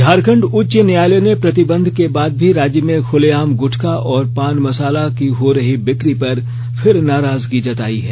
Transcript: झारखंड उच्च न्यायालय ने प्रतिबंध के बाद भी राज्य में खुलेआम गुटखा और पान मसाला की हो रही बिक्री पर फिर नाराजगी जताई है